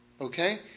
Okay